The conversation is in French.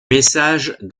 message